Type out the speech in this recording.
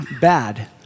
bad